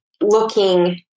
looking